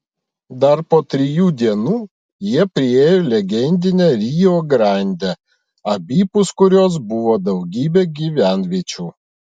dar po trijų dienų jie priėjo legendinę rio grandę abipus kurios buvo daugybė gyvenviečių